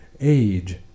Age